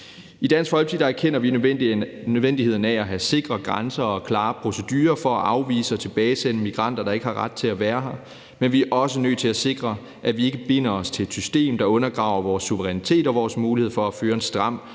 I Dansk Folkeparti erkender vi nødvendigheden af at have sikre grænser og klare procedurer for at afvise og tilbagesende migranter, der ikke har ret til at være her, men vi er også nødt til at sikre, at vi ikke binder os til et system, der undergraver vores suverænitet og vores mulighed for at føre en stram